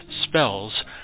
spells